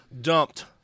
Dumped